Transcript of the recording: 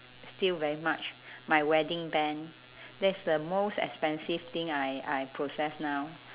still very much my wedding band that's the most expensive thing I I possess now